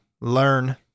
learn